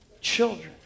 children